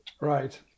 Right